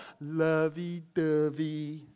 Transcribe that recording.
lovey-dovey